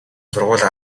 сургуулиа